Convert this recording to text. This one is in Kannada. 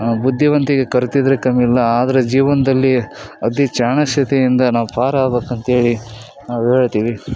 ಬುದ್ಧಿವಂತಿಕೆ ಕರ್ತಿದ್ರೆ ಕಮ್ಮಿ ಇಲ್ಲ ಆದರೆ ಜೀವನದಲ್ಲಿ ಅತಿ ಚಾಣಾಕ್ಷತೆಯಿಂದ ನಾವು ಪಾರಾಗ್ಬೇಕು ಅಂಥೇಳಿ ನಾವು ಹೇಳ್ತೀವಿ